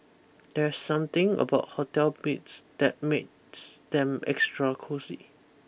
there's something about hotel beds that makes them extra cosy